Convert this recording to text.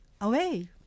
away